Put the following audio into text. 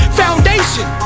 foundation